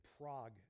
Prague